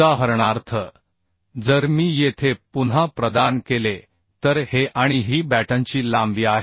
उदाहरणार्थ जर मी येथे पुन्हा प्रदान केले तर हे आणि ही बॅटनची लांबी आहे